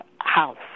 House